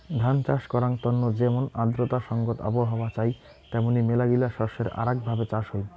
ধান চাষ করাঙ তন্ন যেমন আর্দ্রতা সংগত আবহাওয়া চাই তেমনি মেলাগিলা শস্যের আরাক ভাবে চাষ হই